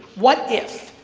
what if?